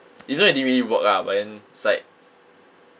isn't it didn't really work lah but then it's like